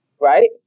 right